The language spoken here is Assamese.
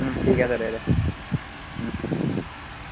ঠিক আছে দে দে